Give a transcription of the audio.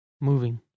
moving